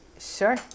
Sure